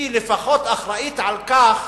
היא לפחות אחראית לכך